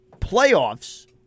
Playoffs